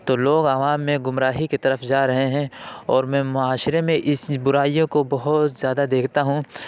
تو لوگ عوام میں گمراہی کی طرف جا رہے ہیں اور میں معاشرے میں اس برائیوں کو بہت زیادہ دیکھتا ہوں